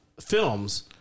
films